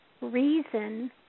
reason